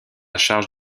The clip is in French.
charge